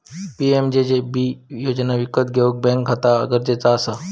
PMJJB योजना विकत घेऊक बॅन्क खाता गरजेचा असा